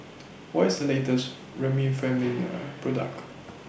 What IS The latest Remifemin Product